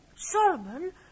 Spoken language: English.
Solomon